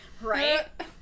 Right